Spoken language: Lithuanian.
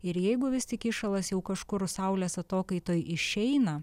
ir jeigu vis tik įšalas jau kažkur saulės atokaitoj išeina